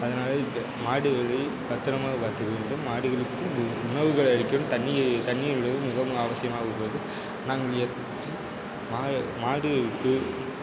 அதனாலேயே இப்போ மாடுகளை பத்திரமாக பார்த்துக்க வேண்டும் மாடுகளுக்கு உணவுகளை அளிக்கணும் தண்ணி தண்ணி விடுறது மிகவும் அவசியமாக உள்ளது நாங்கள் இங்கே மாட்டுக்கு